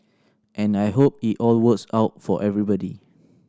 and I hope it all works out for everybody